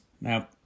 Now